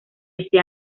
ese